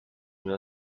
will